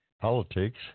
politics